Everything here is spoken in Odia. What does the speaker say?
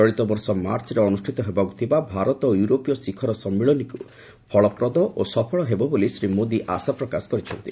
ଚଳିତ ବର୍ଷ ମାର୍ଚ୍ଚରେ ଅନୁଷ୍ଠିତ ହେବାକୁ ଥିବା ଭାରତ ଓ ୟୁରୋପୀୟ ଶିଖର ସମ୍ମିଳନୀ ଫଳପ୍ରଦ ଓ ସଫଳ ହେବ ବୋଲି ଶ୍ରୀ ମୋଦୀ ଆଶାପ୍ରକାଶ କରିଛନ୍ତି